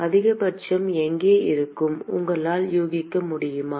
அதிகபட்சம் எங்கே இருக்கும் உங்களால் யூகிக்க முடியுமா